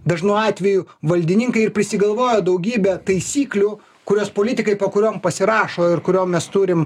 dažnu atveju valdininkai ir prisigalvoja daugybę taisyklių kurias politikai po kuriom pasirašo ir kuriom mes turim